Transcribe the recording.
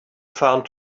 found